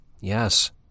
Yes